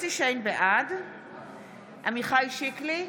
בעד עמיחי שיקלי,